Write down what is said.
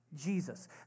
Jesus